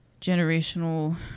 generational